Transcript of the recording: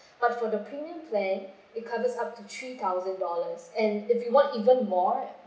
uh for the premium plan it covers up to three thousand dollars and if you want even more